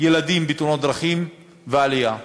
ילדים בתאונות דרכים, בעלייה שלה.